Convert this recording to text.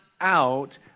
out